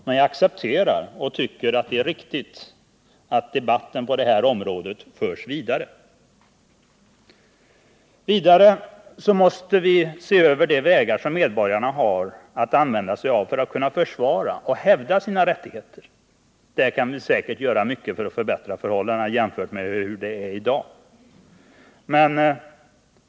Men jag accepterar och tycker det är riktigt att debatten på det här området förs vidare. Vi måste sedan också se över de lagar som medborgarna har att använda sig av för att kunna försvara och hävda sina rättigheter. Där kan vi göra mycket för att förbättra förhållandena jämfört med hur det är i dag.